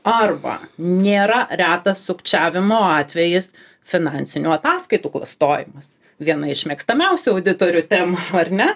arba nėra retas sukčiavimo atvejis finansinių ataskaitų klastojimas viena iš mėgstamiausių auditorių temų ar ne